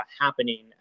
happening